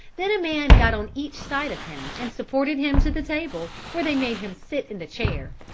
then a man got on each side of him and supported him to the table where they made him sit in the chair.